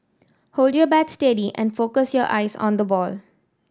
hold your bat steady and focus your eyes on the ball